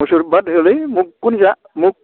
मुसुर बाद हो लै मुगखौनो जा मुग